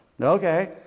Okay